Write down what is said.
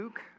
Luke